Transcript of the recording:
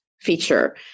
feature